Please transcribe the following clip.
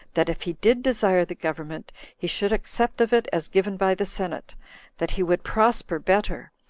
that if he did desire the government, he should accept of it as given by the senate that he would prosper better,